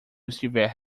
estiver